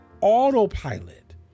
autopilot